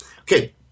Okay